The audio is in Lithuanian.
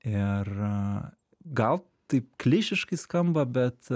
ir gal taip klišiškai skamba bet